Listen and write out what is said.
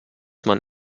man